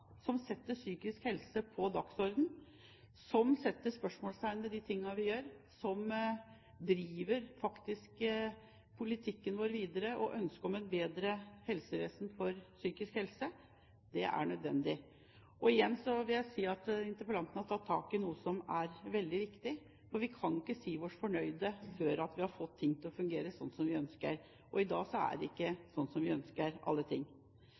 som setter psykisk helse på dagsordenen – ønsket om et bedre helsevesen for psykisk helse – som setter spørsmålstegn ved de tingene vi gjør, og som faktisk driver politikken vår videre. Og igjen vil jeg si at interpellanten har tatt tak i noe som er veldig viktig, for vi kan ikke si oss fornøyd før vi har fått ting til å fungere slik som vi ønsker. Og i dag er ikke alt slik som vi ønsker.